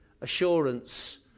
assurance